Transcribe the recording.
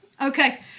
Okay